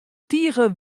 tige